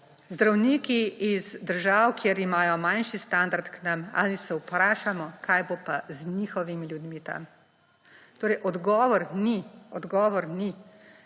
zdravniki iz držav, kjer imajo manjši standard, k nam. Ali se vprašamo, kaj bo pa z njihovimi ljudmi tam? Torej, odgovor ni, imeti,